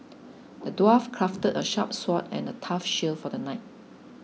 the dwarf crafted a sharp sword and a tough shield for the knight